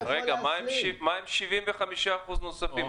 רגע, מה עם ה-75% הנוספים?